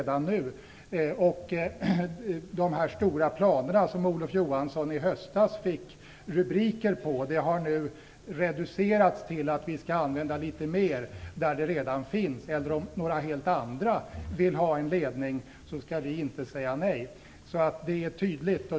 De stora planerna, som i höstas gav Olof Johansson rubriker, har nu reducerats till att vi skall använda litet mer gas där det redan finns och att om några helt andra vill ha en ledning så skall vi inte säga nej.